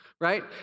Right